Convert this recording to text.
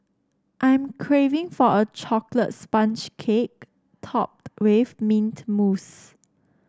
I'm craving for a chocolate sponge cake topped with mint mousse